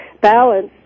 balance